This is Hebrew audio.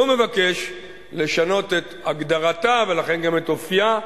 והוא מבקש לשנות את הגדרתה, ולכן גם את אופיה,